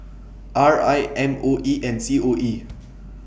R I M O E and C O E